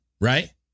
Right